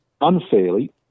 unfairly